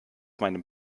meinem